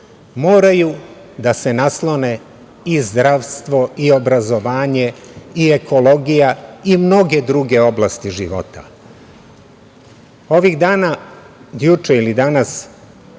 moraju da se naslone i zdravstvo i obrazovanje i ekologija i mnoge druge oblasti života. Ovih dana, juče ili danas,